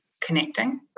connecting